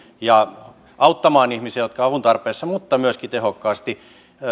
ja auttamaan ihmisiä jotka ovat avun tarpeessa mutta myöskin tehokkaasti